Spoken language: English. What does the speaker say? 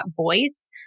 voice